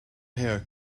hair